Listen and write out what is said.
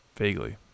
Vaguely